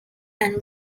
and